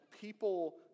people